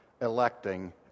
electing